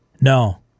No